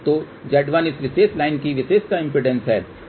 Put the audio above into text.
तो Z1 इस विशेष लाइन की विशेषता इम्पीडेन्स है